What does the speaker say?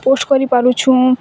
post କରି ପାରୁଛୁଁ